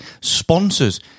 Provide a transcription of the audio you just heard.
sponsors